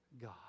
God